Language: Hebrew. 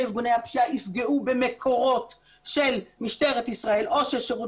ארגוני הפשיעה יפגעו במקורות של משטרת ישראל או של שירות